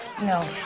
No